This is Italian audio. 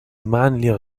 manlio